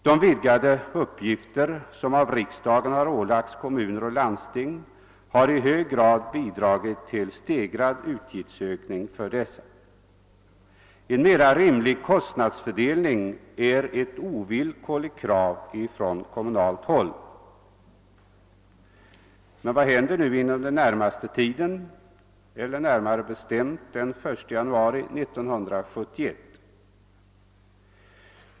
De vidgade uppgifter, som av riksdagen ålagts kommuner och landsting, har i hög grad bidragit till stegrad utgiftsökning för dessa. En mera rimlig kostnadsfördelning mellan stat och kommun är ett ovillkorligt krav från kommunalt håll. Men vad händer nu inom den närmaste tiden eller närmare bestämt den 1 januari 1971?